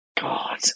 God